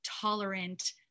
tolerant